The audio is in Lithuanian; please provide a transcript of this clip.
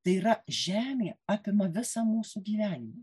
tai yra žemė apima visą mūsų gyvenimą